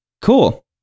Cool